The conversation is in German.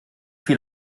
viel